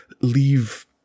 leave